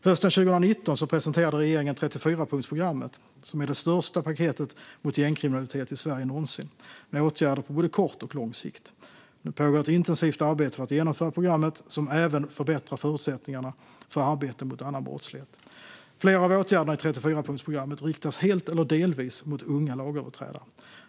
Hösten 2019 presenterade regeringen 34-punktsprogrammet, det största paketet mot gängkriminalitet i Sverige någonsin, med åtgärder på både kort och lång sikt. Nu pågår ett intensivt arbete för att genomföra programmet, som även förbättrar förutsättningarna för arbete mot annan brottslighet. Flera av åtgärderna i 34-punktsprogrammet riktas helt eller delvis mot unga lagöverträdare.